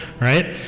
right